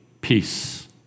peace